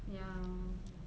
ya